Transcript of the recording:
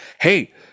hey